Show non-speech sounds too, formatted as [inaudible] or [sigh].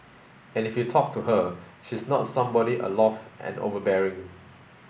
and if you talk to her she's not somebody [unintelligible] and overbearing